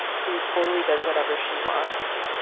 who totally does whatever she wants,